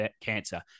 cancer